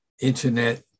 internet